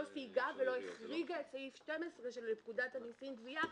סייגה ולא החריגה את סעיף 12 של פקודת המסים (גבייה)